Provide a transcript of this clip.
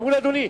אמרו לי: אדוני,